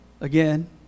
again